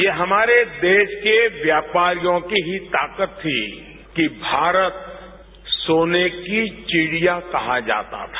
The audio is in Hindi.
यह हमारे देश के व्यापारियों की ही ताकत थी किभारत सोने की चिड़िया कहा जाता था